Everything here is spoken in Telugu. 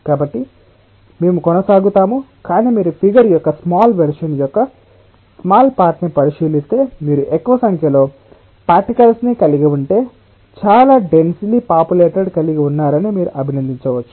కాబట్టి మేము కొనసాగుతాము కానీ మీరు ఫిగర్ యొక్క స్మాల్ వెర్షన్ యొక్క స్మాల్ పార్ట్ ని పరిశీలిస్తే మీరు ఎక్కువ సంఖ్యలో పార్టికల్స్ ని కలిగి ఉంటే చాలా డెన్సిలి పాపులెటెడ్ కలిగి ఉన్నారని మీరు అభినందించవచ్చు